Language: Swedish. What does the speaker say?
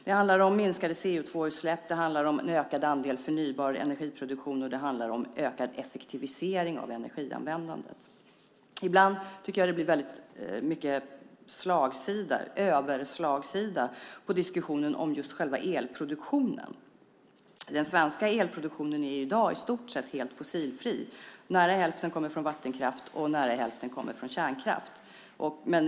Det handlar om minskade CO2-utsläpp, det handlar om en ökad andel förnybar energiproduktion och det handlar om ökad effektivisering av energianvändandet. Ibland tycker jag att det blir väldigt mycket slagsida, överslagsida, på diskussionen om just själva elproduktionen. Den svenska elproduktionen är i dag i stort sett helt fossilfri. Nära hälften kommer från vattenkraft och nära hälften kommer från kärnkraft.